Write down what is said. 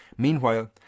Meanwhile